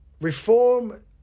reform